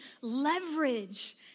leverage